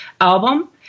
album